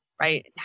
right